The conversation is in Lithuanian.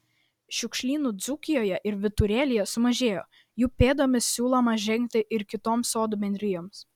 šiukšlynų dzūkijoje ir vyturėlyje sumažėjo jų pėdomis siūloma žengti ir kitoms sodų bendrijoms